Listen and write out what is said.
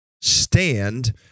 stand